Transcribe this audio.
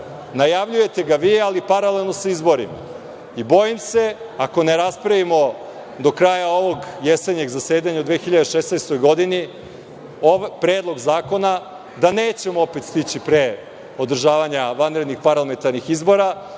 Najavljujete ga vi, ali paralelno sa izborima. Bojim se, ako ne raspravimo do kraja ovog jesenjeg zasedanja u 2006. godini predlog zakona, da nećemo opet stići pre održavanja vanrednih parlamentarnih izbora